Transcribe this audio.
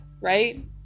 right